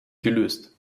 gelöst